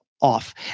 off